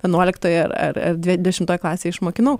vienuoliktoj ar ar dve dešimtoj klasėj išmokinau